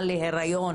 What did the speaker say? להריון